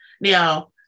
Now